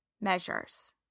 measures